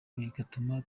bigatuma